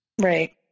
Right